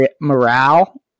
morale